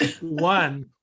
One